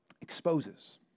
exposes